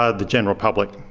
ah the general public.